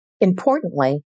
Importantly